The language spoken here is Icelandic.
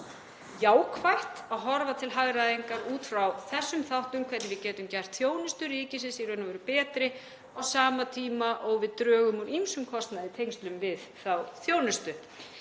jákvætt að horfa til hagræðingar út frá þessum þáttum, hvernig við getum gert þjónustu ríkisins í raun og veru betri á sama tíma og við drögum úr ýmsum kostnaði í tengslum við þá þjónustu.